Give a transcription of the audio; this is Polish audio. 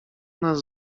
nas